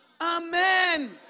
Amen